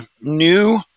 new